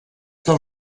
del